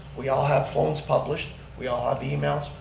we all have phones published, we all have emails,